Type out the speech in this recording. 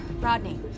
Rodney